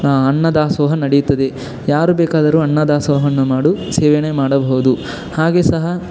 ಅನ್ನ ದಾಸೋಹ ನಡೆಯುತ್ತದೆ ಯಾರು ಬೇಕಾದರೂ ಅನ್ನ ದಾಸೋಹನ ಮಾಡು ಸೇವನೆ ಮಾಡಬೋದು ಹಾಗೆ ಸಹ